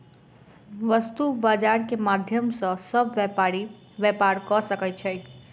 वस्तु बजार के माध्यम सॅ सभ व्यापारी व्यापार कय सकै छै